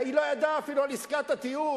היא לא ידעה אפילו על עסקת הטיעון.